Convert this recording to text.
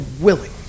willing